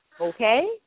okay